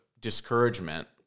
discouragement